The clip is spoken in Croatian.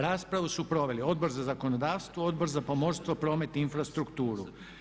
Raspravu su proveli Odbor za zakonodavstvo, Odbor za pomorstvo, promet i infrastrukturu.